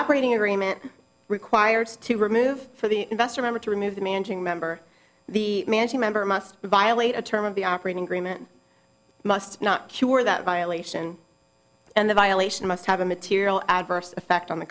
operating agreement requires to remove for the investor member to remove the managing member the mansion member must violate a term of the operating agreement must not cure that violation and the violation must have a material adverse effect on the